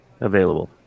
available